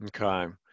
Okay